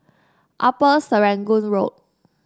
Upper Serangoon Road